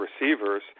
receivers